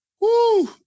Woo